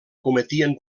cometien